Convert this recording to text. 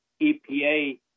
EPA